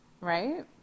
right